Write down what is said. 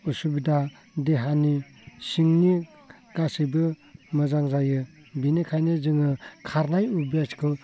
असुबिदा देहानि सिंनि गासैबो मोजां जायो बिनिखायनो जोङो खारनाय अयभासखौ